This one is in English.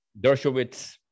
Dershowitz